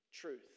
Truth